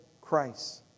Christ